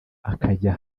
akajya